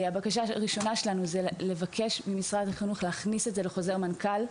הבקשה הראשונה שלי היא לבקש ממשרד החינוך להכניס את זה לחוזר מנכ"ל.